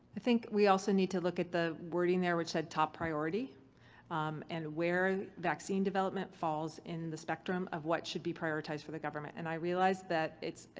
i think we also need to look at the wording there which said, top priority and where vaccine development falls in the spectrum of what should be prioritized for the government and i realize that it's, ah